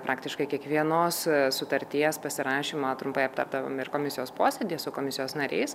praktiškai kiekvienos sutarties pasirašymą trumpai aptardavom ir komisijos posėdyje su komisijos nariais